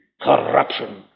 corruption